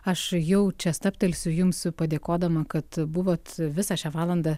aš jau čia stabtelsiu jums padėkodama kad buvot visą šią valandą